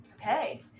Okay